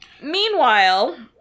Meanwhile